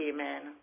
Amen